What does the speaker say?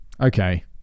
okay